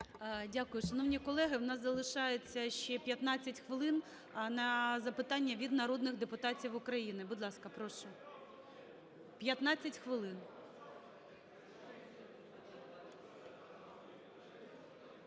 Дякую. Шановні колеги, у нас залишається ще 15 хвилин на запитання від народних депутатів України. Будь ласка, прошу. 15 хвилин.